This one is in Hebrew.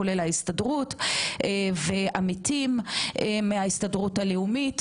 כולל ההסתדרות ועמיתים מההסתדרות הלאומית,